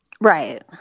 Right